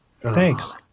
Thanks